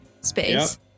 space